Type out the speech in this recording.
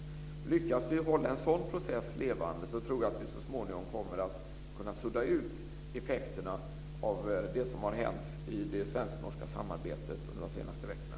Lyckas vi hålla en sådan process levande tror jag att vi så småningom kommer att kunna sudda ut effekterna av det som har hänt i det svensk-norska samarbetet under de senaste veckorna.